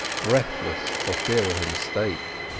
breathless for fear of a mistake.